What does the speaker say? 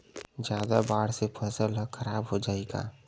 जादा बाढ़ से फसल ह खराब हो जाहि का?